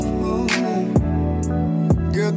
Girl